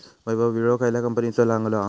वैभव विळो खयल्या कंपनीचो चांगलो हा?